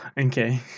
okay